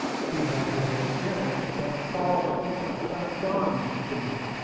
she had had experience on a charleston and a st. johns steamer.